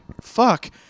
fuck